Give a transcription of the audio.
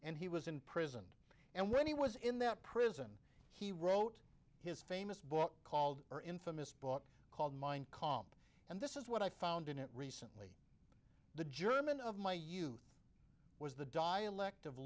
and he was in prison and when he was in that prison he wrote his famous book called or infamous book called mind calm and this is what i found in it recently the german of my youth was the dialect of